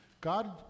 God